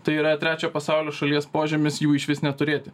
tai yra trečio pasaulio šalies požymis jų išvis neturėti